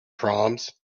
proms